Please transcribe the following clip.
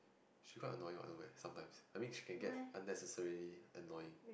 she quite annoying what no meh sometimes I mean she can get unnecessarily annoying